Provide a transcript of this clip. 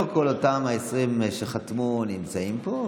לא כל אותם ה-20 שחתמו נמצאים פה,